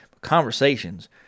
Conversations